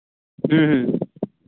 ᱦᱮᱸ ᱦᱮᱸ